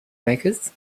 makers